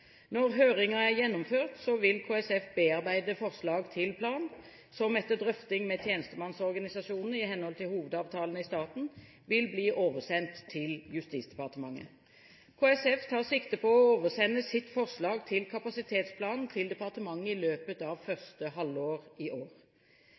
Når høringen er gjennomført, vil KSF bearbeide forslaget til plan, som etter drøfting med tjenestemannsorganisasjonene i henhold til Hovedavtalen i staten vil bli oversendt til Justisdepartementet. KSF tar sikte på å oversende sitt forslag til kapasitetsplan til departementet i løpet av